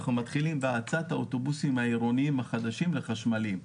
אנחנו מתחילים בהאצת האוטובוסים העירוניים החדשים לחשמליים.